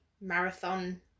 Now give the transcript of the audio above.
marathon